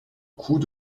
coups